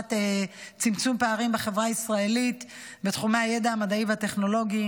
לטובת צמצום הפערים בחברה ישראלית בתחומי הידע המדעי והטכנולוגי.